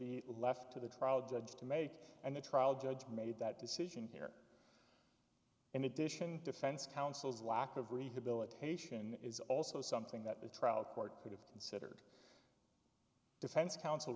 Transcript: be left to the trial judge to make and the trial judge made that decision here in addition defense counsel's lack of rehabilitation is also something that a trial court could have considered defense counsel